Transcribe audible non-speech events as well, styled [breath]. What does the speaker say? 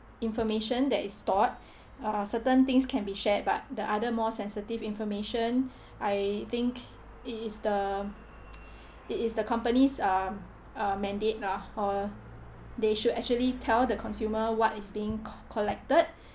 information that is stored [breath] uh certain things can be shared but the other more sensitive information [breath] I think it is the [breath] it is the company's um uh mandate lah or they should actually tell the consumer what is being co~ collected [breath]